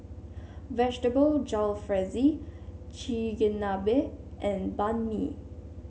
Vegetable Jalfrezi Chigenabe and Banh Mi